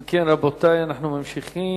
אם כן, רבותי, אנחנו ממשיכים.